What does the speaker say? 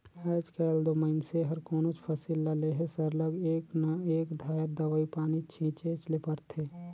आएज काएल दो मइनसे हर कोनोच फसिल ल लेहे सरलग एक न एक धाएर दवई पानी छींचेच ले परथे